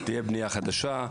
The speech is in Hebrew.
תהיה בנייה חדשה,